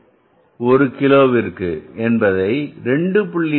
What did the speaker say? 5 ஒரு ஒரு கிலோவிற்கு என்பதை 2